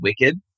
wicked